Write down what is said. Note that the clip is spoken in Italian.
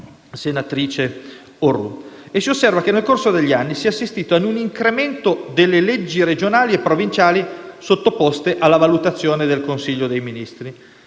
senatrice Orrù. Si osserva che nel corso degli anni si è assistito ad un incremento delle leggi regionali e provinciali sottoposte alla valutazione del Consiglio dei ministri.